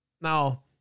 Now